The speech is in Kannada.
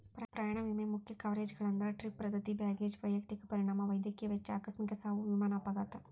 ಪ್ರಯಾಣ ವಿಮೆ ಮುಖ್ಯ ಕವರೇಜ್ಗಳಂದ್ರ ಟ್ರಿಪ್ ರದ್ದತಿ ಬ್ಯಾಗೇಜ್ ವೈಯಕ್ತಿಕ ಪರಿಣಾಮ ವೈದ್ಯಕೇಯ ವೆಚ್ಚ ಆಕಸ್ಮಿಕ ಸಾವು ವಿಮಾನ ಅಪಘಾತ